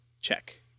check